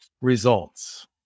results